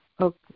Okay